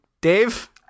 Dave